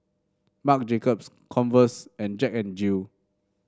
Marc Jacobs Converse and Jack N Jill